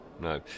No